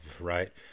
right